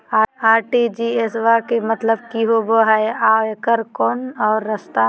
RTGS बा के मतलब कि होबे हय आ एकर कोनो और रस्ता?